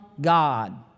God